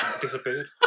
disappeared